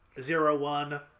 Zero-One